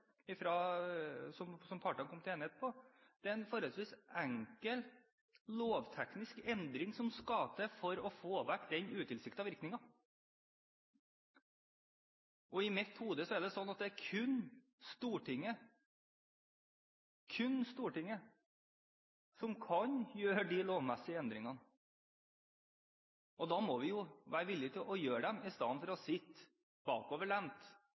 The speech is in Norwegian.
en forholdsvis enkel lovteknisk endring som skal til for å få vekk den utilsiktede virkningen, og i mitt hode er det slik at det er kun Stortinget som kan gjøre de lovmessige endringene. Da må vi jo være villige til å gjøre dem, i stedet for å sitte bakoverlent